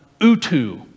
Utu